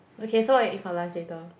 okay so what you eat for lunch later